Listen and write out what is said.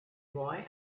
boy